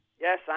Yes